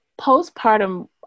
postpartum